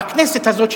בכנסת הזאת,